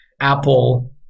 Apple